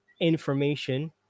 information